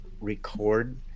record